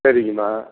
சரிங்கம்மா